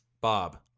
Bob